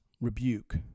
rebuke